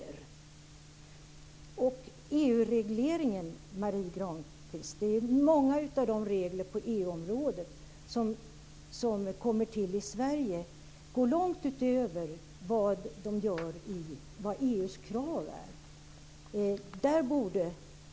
När det gäller EU-regleringen, Marie Granlund, går många av de regler på EU-området som kommer till i Sverige långt utöver EU:s krav.